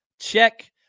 check